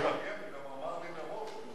רציתי לתרגם לראש הממשלה מה שאתה הולך להגיד לו.